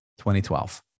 2012